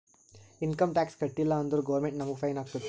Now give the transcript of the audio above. income tax ಕಟ್ಟೀಲ ಅಂದುರ್ government ನಮುಗ್ ಫೈನ್ ಹಾಕ್ತುದ್